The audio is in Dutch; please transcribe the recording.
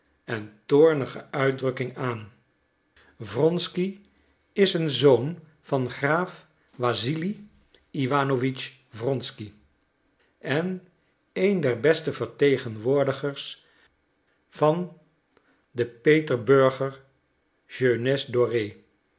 en toornige uitdrukking aan wronsky is een zoon van graaf wasili iwanowitsch wronsky en een der beste vertegenwoordigers van de petersburger